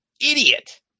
idiot